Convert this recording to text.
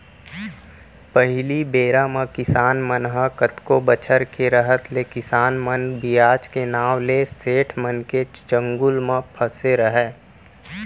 पहिली बेरा म किसान मन ह कतको बछर के रहत ले किसान मन बियाज के नांव ले सेठ मन के चंगुल म फँसे रहयँ